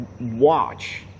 watch